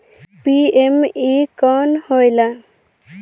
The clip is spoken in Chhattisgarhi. पी.एम.ई कौन होयल?